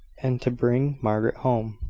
and to bring margaret home.